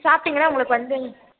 சாப்பிட்டிங்கனா உங்களுக்கு வந்து